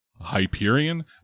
Hyperion